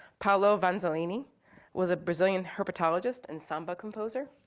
paulo vanzolini was a brazilian herpetologist and samba composer.